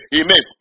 Amen